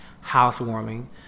Housewarming